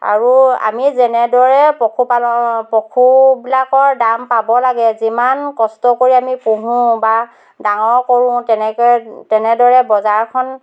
আৰু আমি যেনেদৰে পশুপালন পশুবিলাকৰ দাম পাব লাগে যিমান কষ্ট কৰি আমি পুহোঁ বা ডাঙৰ কৰোঁ তেনেকে তেনেদৰে বজাৰখন